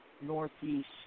northeast